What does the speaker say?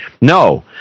no